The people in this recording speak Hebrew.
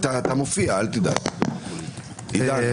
בבקשה.